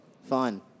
fun